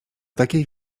takiej